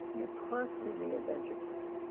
you constantly reinvent yourself.